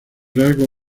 rasgo